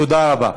תודה רבה.